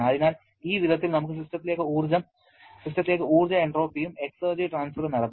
അതിനാൽ ഈ വിധത്തിൽ നമുക്ക് സിസ്റ്റത്തിലേക്ക് ഊർജ്ജ എൻട്രോപ്പിയും എക്സർജി ട്രാൻസ്ഫറും നടത്താം